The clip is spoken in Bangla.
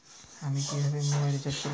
আমি কিভাবে মোবাইল রিচার্জ করব?